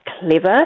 clever